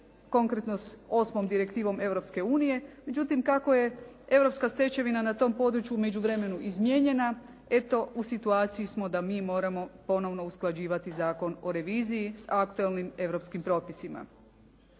konkretno s 8. direktivom Europske unije međutim kako je europska stečevina na tom području u međuvremenu izmijenjena eto u situaciji smo da mi moramo ponovo usklađivati Zakon o reviziji s aktualnim europskim propisima.